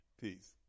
Peace